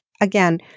Again